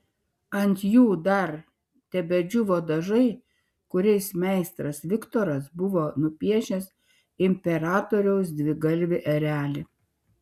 ant jų dar tebedžiūvo dažai kuriais meistras viktoras buvo nupiešęs imperatoriaus dvigalvį erelį